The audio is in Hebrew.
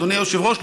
אדוני היושב-ראש,